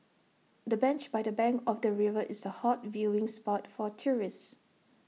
the bench by the bank of the river is A hot viewing spot for tourists